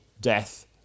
death